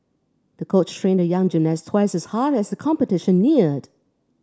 the coach trained the young gymnast twice as hard as the competition neared